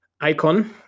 icon